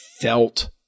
felt